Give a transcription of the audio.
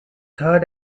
third